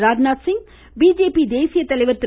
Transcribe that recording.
Rajnath Singh BJP தேசிய தலைவர் திரு